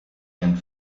and